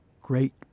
great